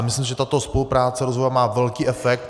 Myslím, že tato spolupráce rozvojová má velký efekt.